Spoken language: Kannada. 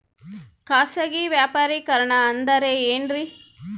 ಖಾಸಗಿ ವ್ಯಾಪಾರಿಕರಣ ಅಂದರೆ ಏನ್ರಿ?